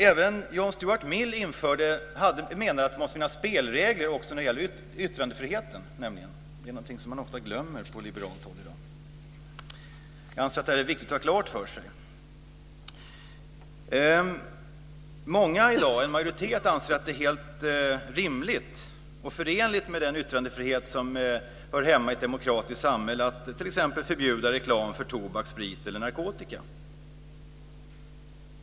Även John Stuart Mill menade att det måste finnas spelregler också när det gäller yttrandefriheten, det är någonting som man ofta glömmer från liberalt håll i dag. Jag anser att det är viktigt att ha det klart för sig. Många i dag, en majoritet, anser att det är helt rimligt och förenligt med den yttrandefrihet som hör hemma i ett demokratiskt samhälle att t.ex. förbjuda reklam för tobak, sprit eller narkotika.